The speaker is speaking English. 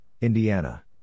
Indiana